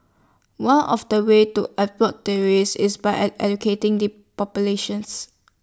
one of the ways to terrorist is by educating the populations